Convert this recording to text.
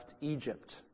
Egypt